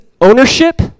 ownership